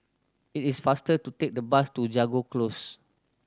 it is faster to take the bus to Jago Close